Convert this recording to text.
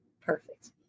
perfect